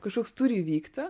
kažkoks turi įvykti